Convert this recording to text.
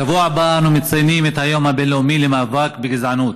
בשבוע הבא אנו מציינים את היום הבין-לאומי למאבק בגזענות.